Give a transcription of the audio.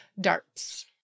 darts